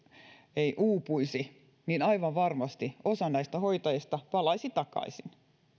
ei uupuisi niin aivan varmasti osa näistä hoitajista palaisi takaisin